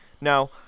now